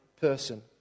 person